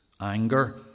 anger